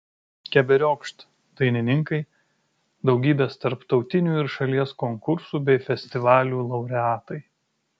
keberiokšt dainininkai daugybės tarptautinių ir šalies konkursų bei festivalių laureatai